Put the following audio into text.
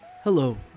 Hello